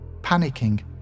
Panicking